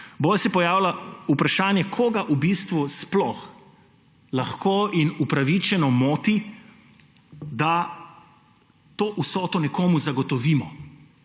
Bolj se pojavlja vprašanje, koga v bistvu sploh lahko in upravičeno moti, da to vsoto nekomu zagotovimo.